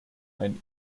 ein